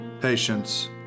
patience